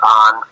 on